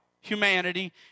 humanity